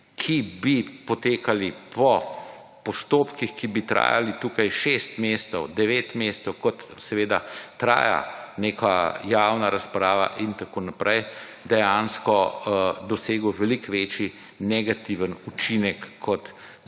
ki bi potekali po postopkih, ki bi trajali tukaj 6 mesecev, 9 mesecev, kot seveda traja neka javna razprava in tako naprej, dejansko dosegel veliko večji negativen učinek, kot